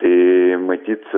tai matyt